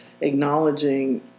acknowledging